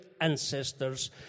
ancestors